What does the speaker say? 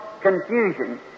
Confusion